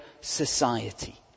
society